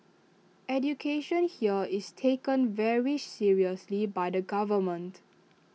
education here is taken very seriously by the government